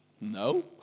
no